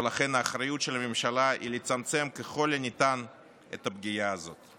ולכן האחריות של הממשלה היא לצמצם ככל הניתן את הפגיעה הזאת.